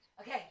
Okay